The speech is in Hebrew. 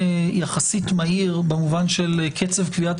גם אם נקיים פה דיון יחסית מהיר במובן של קצב קביעת